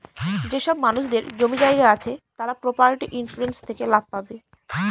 যেসব মানুষদের জমি জায়গা আছে তারা প্রপার্টি ইন্সুরেন্স থেকে লাভ পাবে